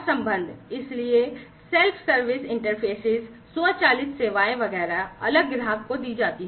संबंध self service interfaces स्वचालित सेवाएं ग्राहक को दी जाती हैं